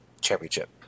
championship